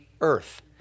earth